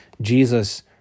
Jesus